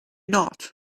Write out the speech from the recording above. not